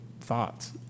thoughts